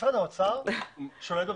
משרד האוצר שולט במדינה,